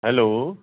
hello